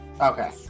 Okay